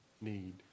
need